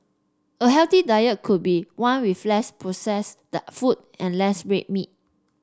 a healthy diet could be one with less processed foods and less red meat